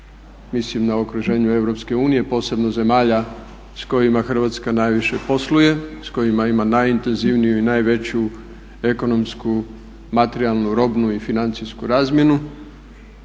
mislim na okruženje EU posebno zemalja s kojima Hrvatska najaviše posluje, s kojima ima najintenzivniju i najveću ekonomsku, materijalnu, robnu i financijsku razmjenu.